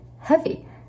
heavy